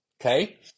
okay